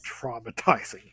traumatizing